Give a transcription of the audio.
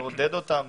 לעודד אותם